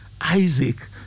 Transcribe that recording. Isaac